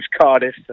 Cardiff